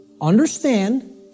understand